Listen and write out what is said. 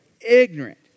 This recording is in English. ignorant